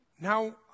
Now